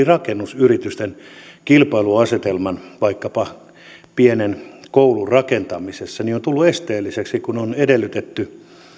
rakennusyritysten kilpailuasetelman vaikkapa pienen koulun rakentamisessa on tullut esteelliseksi kun on edellytetty